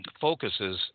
focuses